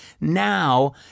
now